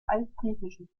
altgriechischen